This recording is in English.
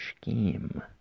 Scheme